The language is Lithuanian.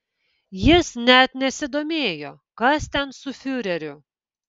jis net nesidomėjo kas ten su fiureriu